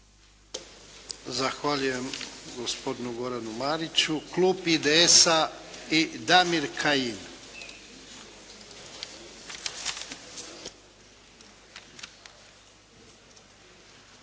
Zahvaljujem gospodinu Goranu Mariću. Klub IDS-a i Damir Kajin.